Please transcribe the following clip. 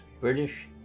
British